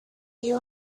you